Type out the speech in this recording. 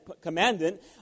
commandant